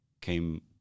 came